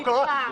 מי יודע למה?